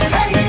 Hey